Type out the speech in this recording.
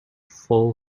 full